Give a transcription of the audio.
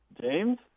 James